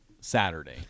saturday